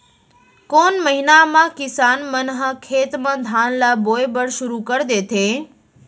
कोन महीना मा किसान मन ह खेत म धान ला बोये बर शुरू कर देथे?